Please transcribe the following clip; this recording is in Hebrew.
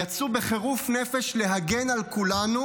יצאו בחירוף נפש להגן על כולנו,